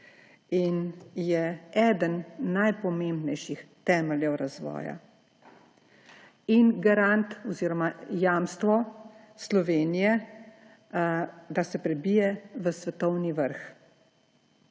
in je eden najpomembnejših temeljev razvoja ter garant oziroma jamstvo Slovenije, da se prebije v svetovni vrh.